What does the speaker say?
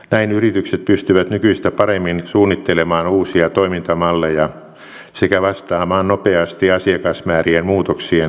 näin yritykset pystyvät nykyistä paremmin suunnittelemaan uusia toimintamalleja sekä vastaamaan nopeasti asiakasmäärien muutoksien asettamiin haasteisiin